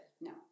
no